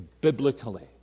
biblically